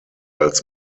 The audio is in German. als